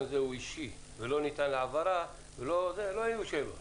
הוא אישי ולא ניתן להעברה לא היו שאלות.